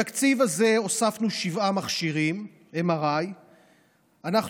בתקציב הזה הוספנו שבעה מכשירי MRI. אנחנו